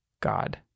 God